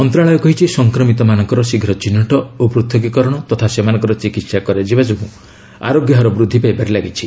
ମନ୍ତ୍ରଣାଳୟ କହିଛି ସଫକ୍ମିତମାନଙ୍କର ଶୀଘ୍ ଚିହ୍ଟ ଓ ପୃଥକୀକରଣ ତଥା ସେମାନଙ୍କର ଚିକିିି୍ସା କରାଯିବା ଯୋଗୁଁ ଆରୋଗ୍ୟ ହାର ବୃଦ୍ଧି ପାଇବାରେ ଲାଗିଛି